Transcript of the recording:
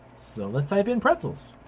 so let's type in pretzels.